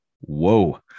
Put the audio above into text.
Whoa